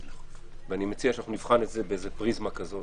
אני מציע שנבחן את זה בפריזמה כזו.